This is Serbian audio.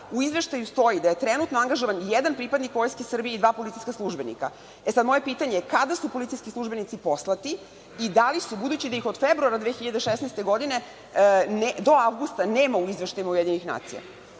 u izveštaju stoji da je trenutno angažovan jedan pripadnik Vojske Srbije i dva policijska službenika. Moje pitanje – kada su policijski službenici poslati i da li su, budući da ih od februara 2016. godine do avgusta, nema u izveštaju UN? U